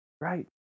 right